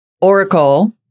Oracle